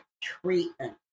treatment